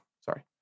sorry